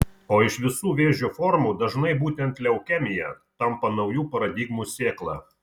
o iš visų vėžio formų dažnai būtent leukemija tampa naujų paradigmų sėkla